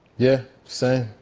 yeah. same.